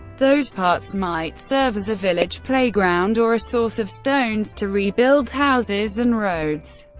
those parts might serve as a village playground or a source of stones to rebuild houses and roads.